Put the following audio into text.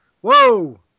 Whoa